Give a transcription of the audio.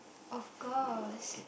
of course